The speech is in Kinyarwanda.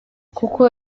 kuko